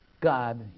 God